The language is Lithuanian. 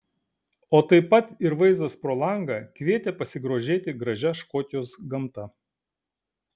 o taip pat ir vaizdas pro langą kvietė pasigrožėti gražia škotijos gamta